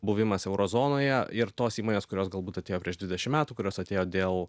buvimas euro zonoje ir tos įmonės kurios galbūt atėjo prieš dvidešim metų kurios atėjo dėl